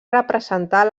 representar